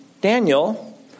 Daniel